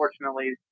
unfortunately